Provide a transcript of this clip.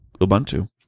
Ubuntu